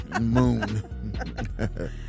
Moon